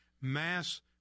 mass